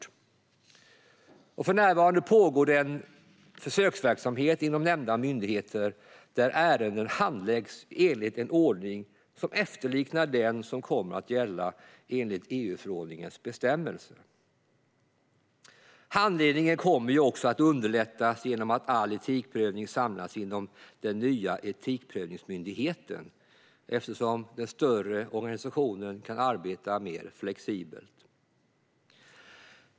För närvarande pågår det dessutom en försöksverksamhet inom nämnda myndigheter där ärenden handläggs enligt en ordning som efterliknar den som kommer att gälla enligt EU-förordningens bestämmelser. Handläggningen kommer att underlättas genom att all etikprövning samlas inom den nya etikprövningsmyndigheten, eftersom den större organisationen kan arbeta mer flexibelt.